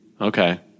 Okay